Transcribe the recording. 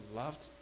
loved